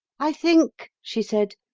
i think she said,